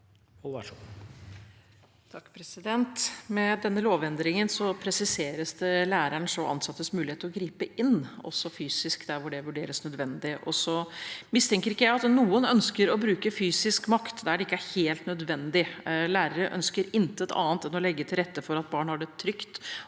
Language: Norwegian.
Med denne lovend- ringen presiseres lærerens og ansattes mulighet til å gripe inn også fysisk der det vurderes nødvendig. Jeg mistenker ikke at noen ønsker å bruke fysisk makt der det ikke er helt nødvendig. Lærere ønsker intet annet enn å legge til rette for at barn har det trygt